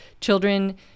children